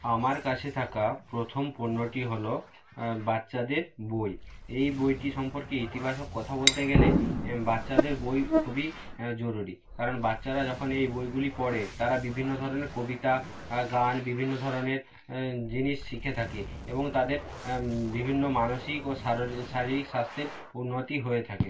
আমার কাছে থাকা প্রথম পণ্যটি হলো বাচ্চাদের বই এই বইটি সম্পর্কে ইতিবাচক কথা বলতে গেলে বাচ্চাদের বই খুবই জরুরি কারণ বাচ্চারা যখন এই বইগুলি পড়ে তারা বিভিন্ন ধরনের কবিতা গান বিভিন্ন ধরনের জিনিস শিখে থাকে এবং তাদের বিভিন্ন মানসিক ও শারীরিক স্বাস্থ্যের উন্নতি হয়ে থাকে